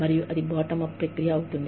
మరియు అది bottom up ప్రక్రియ అవుతుంది